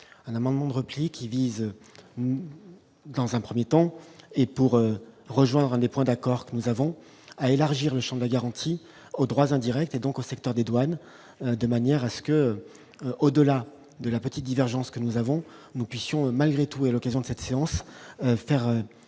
un amendement de repli qui vise dans un 1er temps et pour rejoindre un des points d'accord que nous avons à élargir le Champ de la garantie aux droits indirects et donc au secteur des douanes, de manière à ce que, au-delà de la petite divergence que nous avons, nous puissions malgré tout, à l'occasion de cette séance, faire